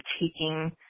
taking